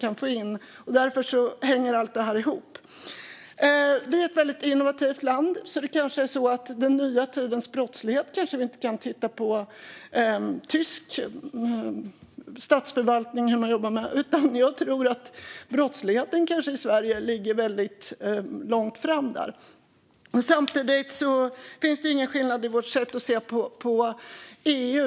Allt hänger ju ihop. Vi är ett väldigt innovativt land. Vi kanske inte kan titta på den nya tidens brottslighet utifrån hur tysk statsförvaltning jobbar med den. Jag tror att brottsligheten i Sverige ligger långt framme där. Samtidigt finns det ingen skillnad i vårt sätt att se på EU.